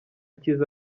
cyiza